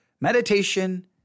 Meditation